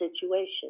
situation